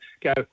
go